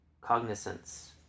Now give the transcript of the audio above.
cognizance